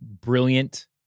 brilliant